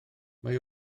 mae